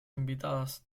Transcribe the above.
invitadas